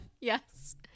Yes